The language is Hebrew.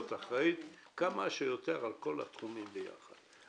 אחראית כמה שיותר על כל התחומים ביחד.